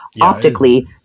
Optically